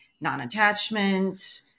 non-attachment